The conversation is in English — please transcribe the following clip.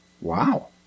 Wow